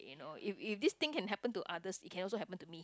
you know if if this thing can happen to others it can also happen to me